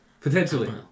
Potentially